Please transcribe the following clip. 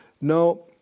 no